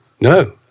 No